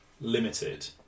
limited